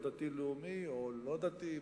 או דתי לאומי, או לא דתי?